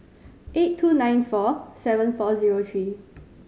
eight two nine four seven four zero three